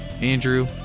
Andrew